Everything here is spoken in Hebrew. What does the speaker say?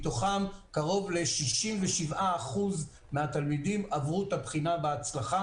מתוכם קרוב ל-67% מהתלמידים עברו את הבחינה בהצלחה